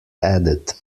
added